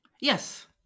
Yes